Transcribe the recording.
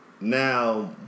now